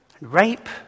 Rape